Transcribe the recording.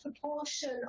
proportion